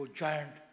giant